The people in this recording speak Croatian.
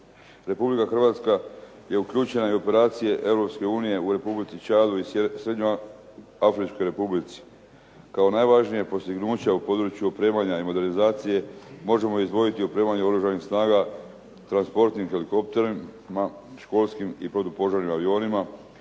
Republika Hrvatska je uključena i u operacije Europske unije u Republici Čadu i Srednjoafričkoj Republici kao najvažnije postignuće u području opremanja i modernizacije možemo izdvojiti opremanje Oružanih snaga transportnim helikopterima, školskim i protupožarnim avionima,